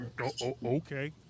okay